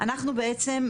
מתעדים,